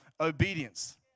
obedience